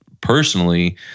personally